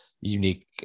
unique